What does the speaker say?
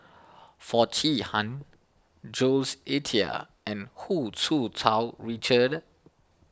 Foo Chee Han Jules Itier and Hu Tsu Tau Richard